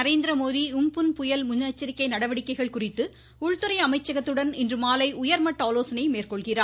Narendra Modi Amphan புயல் முன்னெச்சரிக்கை நடவடிக்கைகள் குறித்து உள்துறை அமைச்சகத்துடன் இன்றுமாலை உயர்மட்ட ஆலோசனைகளை மேற்கொள்கிறார்